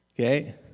Okay